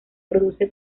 produce